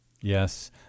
Yes